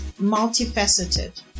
multifaceted